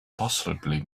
possibly